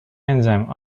enzyme